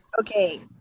okay